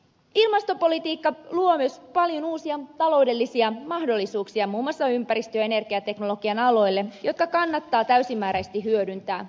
ilmastopolitiikka luo ei se paljon uusia taloudellisia myös muun muassa ympäristö ja energiateknologian aloille paljon uusia taloudellisia mahdollisuuksia jotka kannattaa täysimääräisesti hyödyntää